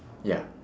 ya